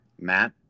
Matt